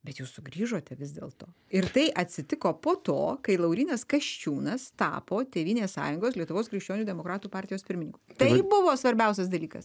bet jūs sugrįžote vis dėlto ir tai atsitiko po to kai laurynas kasčiūnas tapo tėvynės sąjungos lietuvos krikščionių demokratų partijos pirmininku tai buvo svarbiausias dalykas